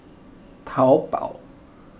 taobao